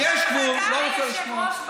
איפה יפי הנפש שלכם?